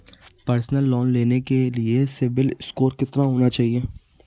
Personal loan लेने के लिए सिबिल स्कोर कितना होना चाहिए?